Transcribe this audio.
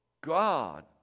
God